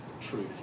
truth